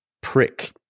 prick